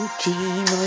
dream